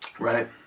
right